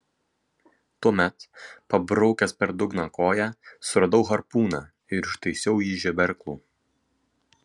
tuomet pabraukęs per dugną koja suradau harpūną ir užtaisiau jį žeberklu